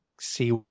see